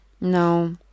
No